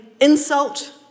insult